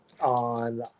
on